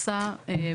אני אומרת תעשו רווח,